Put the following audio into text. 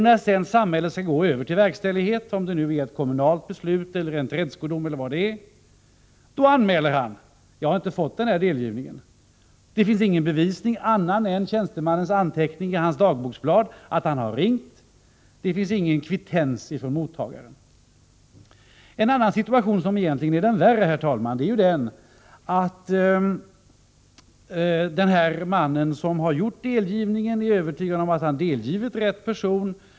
När sedan samhället skall gå över till verkställighet —av ett kommunalt beslut, en tredskodom eller vad det kan vara — då anmäler han att han inte fått delgivningen. Det finns inget annat bevis än anteckningen i tjänstemannens dagboksblad att han har ringt. Det finns ingen kvittens från mottagaren. En annan situation, som egentligen är värre, är att tjänstemannen som verkställt delgivningen är övertygad om att han delgivit rätt person.